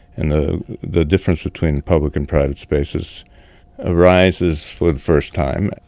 and the the difference between public and private spaces arises for the first time,